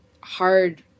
hard